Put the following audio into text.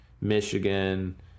michigan